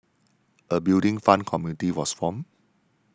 a Building Fund committee was formed